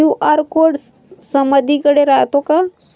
QR code समदीकडे रायतो का?